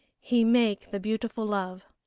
he make the beautiful love.